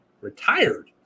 Retired